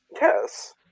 Yes